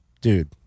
dude